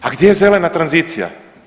A gdje je zelena tranzicija?